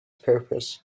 purpose